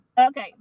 Okay